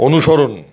অনুসরণ